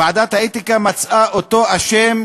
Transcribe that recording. ועדת האתיקה מצאה אותו אשם